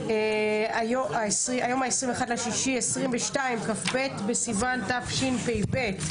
היום ה-21 ביוני 2022, כ"ב בסיון תשפ"ב.